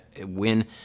win